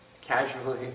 casually